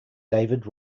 david